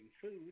food